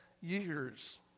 years